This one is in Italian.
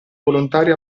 volontari